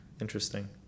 Interesting